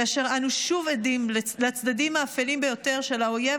כאשר אנו שוב עדים לצדדים האפלים ביותר של האויב